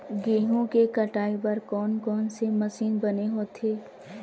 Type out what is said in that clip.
गेहूं के कटाई बर कोन कोन से मशीन बने होथे?